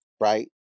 right